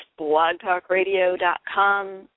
blogtalkradio.com